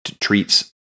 treats